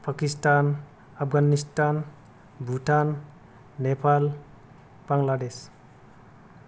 Pakistan Afghanistan Bhutan Nepal Bangladesh